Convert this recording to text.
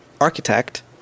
architect